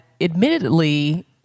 admittedly